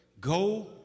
go